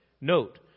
note